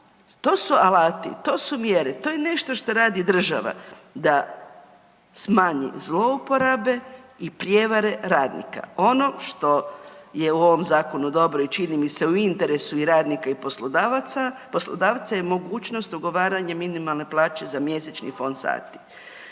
to su alati, to su mjere, to je nešto što radi država, da smanji zlouporabe i prijevare radnika. Ono što je u ovom zakonu dobro i čini mi se u interesu i radnika i poslodavaca, poslodavca je mogućnost ugovaranja minimalne plaće za mjesečni fond sati.